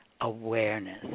awareness